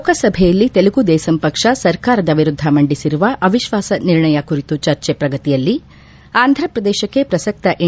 ಲೋಕಸಭೆಯಲ್ಲಿ ತೆಲುಗು ದೇಸಂ ಪಕ್ಷ ಸರ್ಕಾರದ ವಿರುದ್ದ ಮಂಡಿಸಿರುವ ಅವಿಶ್ವಾಸ ನಿರ್ಣಯ ಕುರಿತು ಚರ್ಚೆ ಪ್ರಗತಿಯಲ್ಲಿ ಆಂಧಪ್ರದೇಶಕ್ಕೆ ಪ್ರಸಕ್ತ ಎನ್